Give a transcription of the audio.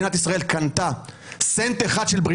אני רוצה, א', בצד התודות, להדגיש רגע במה מדובר.